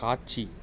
காட்சி